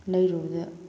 ꯂꯩꯔꯨꯕꯗ